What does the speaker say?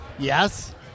Yes